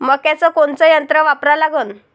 मक्याचं कोनचं यंत्र वापरा लागन?